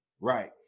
right